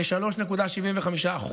ל-3.75%.